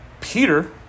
Peter